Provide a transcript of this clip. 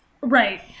Right